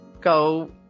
Go